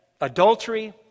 adultery